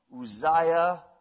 Uzziah